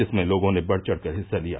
जिसमें लोगों ने बढ़चढ़ कर हिस्सा लिया